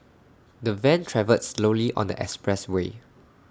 the van travelled slowly on the expressway